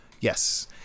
yes